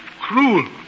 Cruel